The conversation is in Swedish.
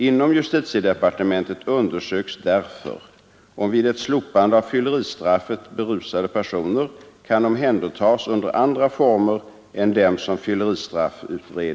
Inom justitiedepartementet undersöks därför om vid ett slopande av fylleristraffet berusade personer kan omhändertas under andra former än dem som fylleristraffutred